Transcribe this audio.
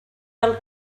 del